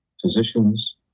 physicians